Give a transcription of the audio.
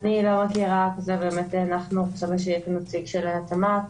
אני לא מכירה, חשבנו שיהיה כאן נציג של התמ"ת,